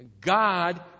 God